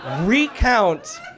recount